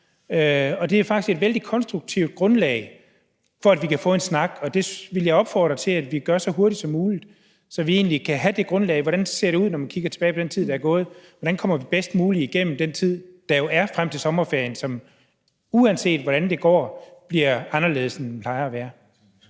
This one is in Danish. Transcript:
Det er faktisk et vældig konstruktivt grundlag for, at vi kan få en snak. Det vil jeg opfordre til at vi gør så hurtigt som muligt, altså så vi egentlig kan have det grundlag for sige, hvordan det ser ud, når man kigger tilbage på den tid, der er gået; hvordan vi bedst muligt kommer igennem den tid, der er frem til sommerferien, som jo, uanset hvordan det går, bliver anderledes, end den plejer at være.